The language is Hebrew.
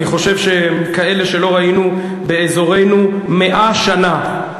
אני חושב שהם כאלה שלא ראינו באזורנו 100 שנה.